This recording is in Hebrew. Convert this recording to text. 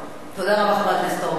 תודה רבה, חבר הכנסת אורבך.